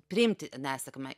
priimti nesėkmę